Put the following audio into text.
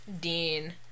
Dean